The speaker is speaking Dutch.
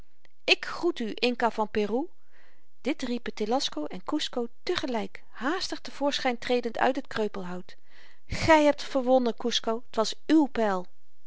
ik groet u inca van peru dit riepen telasco en kusco te gelyk haastig te voorschyn tredend uit het kreupelhout gy hebt verwonnen kusco t was uw pyl